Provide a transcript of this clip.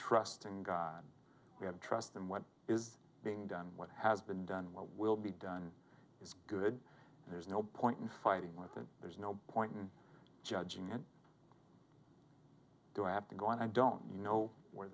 trusting him we have trust in what is being done what has been done what will be done is good there's no point in fighting with it there's no point in judging it do i have to go and i don't know where